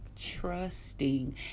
trusting